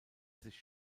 sich